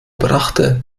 brachte